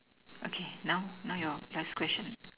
okay now now your first question